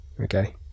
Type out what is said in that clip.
Okay